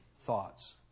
Thoughts